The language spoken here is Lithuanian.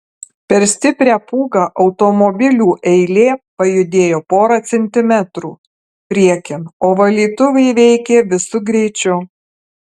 per stiprią pūgą automobilių eilė pajudėjo porą centimetrų priekin o valytuvai veikė visu greičiu